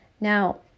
Now